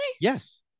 Yes